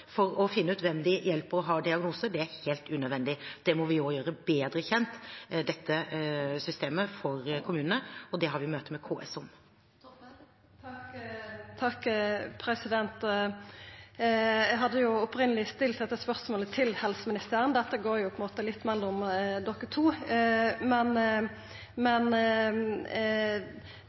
for å finne ut hvem de hjelper, og hvem som har diagnoser. Det er helt unødvendig. Vi må også gjøre dette systemet bedre kjent for kommunene, og det har vi møte med KS om. Eg hadde jo opphavleg stilt dette spørsmålet til helseministeren, for dette går på ein måte mellom to statsrådar. Men